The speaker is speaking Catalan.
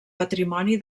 patrimoni